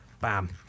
Bam